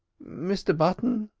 mr button!